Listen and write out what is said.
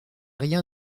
rien